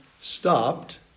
Stopped